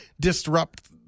disrupt